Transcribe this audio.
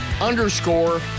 underscore